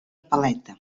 paleta